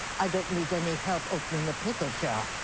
i don't need any help opening the pickle jar.